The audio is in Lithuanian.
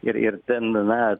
ir ir ten na